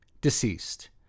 Deceased